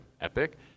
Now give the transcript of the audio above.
epic